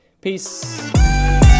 Peace